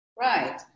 Right